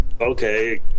okay